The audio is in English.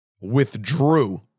withdrew